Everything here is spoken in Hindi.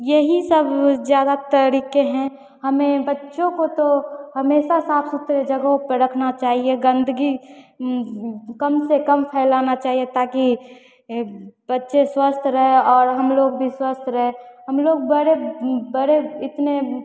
यही सब वो ज़्यादा तरीके हैं हमें बच्चों को तो हमेशा साफ सुथरे जगहों पर रखना चाहिए गन्दगी कम से कम फैलाना चाहिए ताकि बच्चे स्वस्थ रहे और हम लोग भी स्वस्थ रहे हम लोग बड़े बड़े इसमें